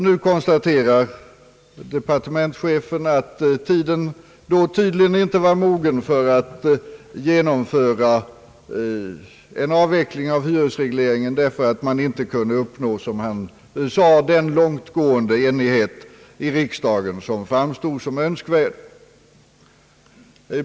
Nu konstaterar han, att tiden då tydligen inte var mogen för att genomföra en avveckling av hyresregleringen, därför att man inte kunde uppnå, som han sade, den långtgående enighet i riksdagen som framstod som önskvärd.